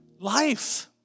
life